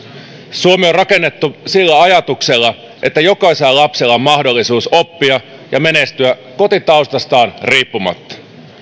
on rakennettu sillä ajatuksella että jokaisella lapsella on mahdollisuus oppia ja menestyä kotitaustasta riippumatta